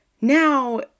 now